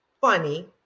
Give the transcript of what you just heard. Funny